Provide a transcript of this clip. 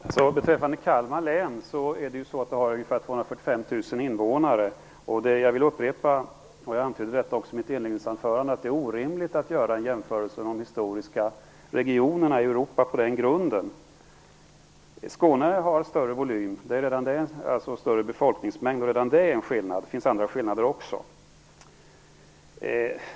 Fru talman! Beträffande Kalmar län har det ungefär 245 000 invånare. Jag vill upprepa vad jag antydde också i mitt inledningsanförande. Det är orimligt att göra en jämförelse om de historiska regionerna i Europa på den grunden. Skåne har större befolkningsmängd. Redan det är en skillnad. Det finns också andra skillnader.